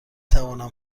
توانم